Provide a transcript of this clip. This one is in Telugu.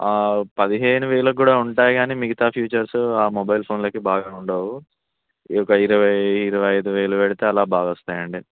పదిహేను వేలక్కూడా ఉంటాయి కానీ మిగతా ఫ్యూచర్స్ ఆ మొబైల్ ఫోన్లకి బాగా ఉండవు ఈ యొక్క ఇరవై ఇరవై ఐదు వేలు పెడితే అలా బాగొస్తాయండి